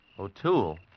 O'Toole